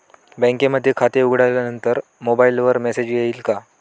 बँकेमध्ये खाते उघडल्यानंतर मला मोबाईलवर मेसेज येईल का?